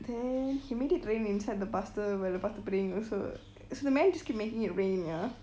then he made it rain inside the pastor where the pastor praying also so the man just keep making it rain ya